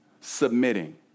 submitting